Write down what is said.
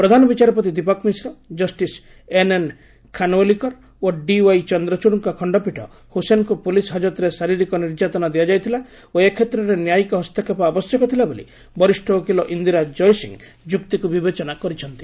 ପ୍ରଧାନ ବିଚାରପତି Dipak Mishra justice NN Khanwilkar ଓ D Y ଚନ୍ଦ୍ରଚଡ଼ଙ୍କ ଖଣ୍ଡପୀଠ ହୁସେନ୍କୁ ପୁଲିସ୍ ହାକତରେ ଶାରୀରିକ ନିର୍ଯାତନା ଦିଆଯାଇଥିଲା ଓ ଏ କ୍ଷେତ୍ରରେ ନ୍ୟାୟିକ ହସ୍ତକ୍ଷେପ ଆବଶ୍ୟକ ଥିଲାବୋଲି ବରିଷ୍ଠ ଓକିଲ ଇନ୍ଦିରା ଜୟସିଂଙ୍କ ଯୁକ୍ତିକୁ ବିବେଚନା କରିଛନ୍ତି